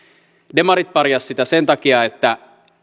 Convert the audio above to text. demarit parjasivat sitä sen takia että